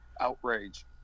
outrage